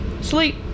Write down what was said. sleep